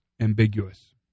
ambiguous